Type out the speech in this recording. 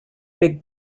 big